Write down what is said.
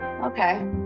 Okay